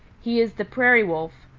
he is the prairie wolf,